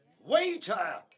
Waiter